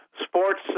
sports